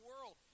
world